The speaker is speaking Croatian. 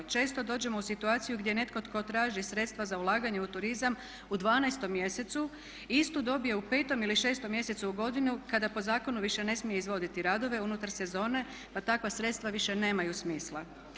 Često dođemo u situaciju gdje netko tko traži sredstva za ulaganje u turizam u 12. mjesecu istu dobije u petom ili šestom mjesecu kada po zakonu više ne smije izvoditi radove unutar sezone, pa takva sredstva više nemaju smisla.